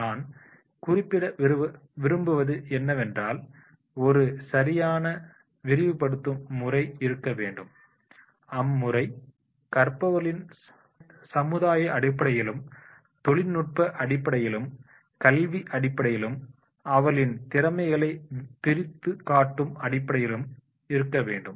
நான் குறிப்பிட விரும்புவது என்னவென்றால் ஒரு சரியான விரிவுபடுத்தும் முறை இருக்க வேண்டும் அம்முறை கற்பவர்களின் சமுதாய அடிப்படையிலும் தொழில்நுட்ப அடிப்படையிலும் கல்வி அடிப்படையிலும் அவர்களின் திறமைகளை பிரித்துக் காட்டும் அடிப்படையிலும் இருக்க வேண்டும்